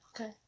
Okay